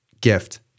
Gift